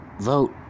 Vote